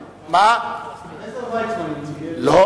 עזר ויצמן, לא.